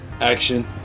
action